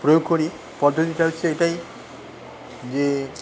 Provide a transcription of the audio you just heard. প্রয়োগ করি পদ্ধতিটা হচ্ছে এটাই যে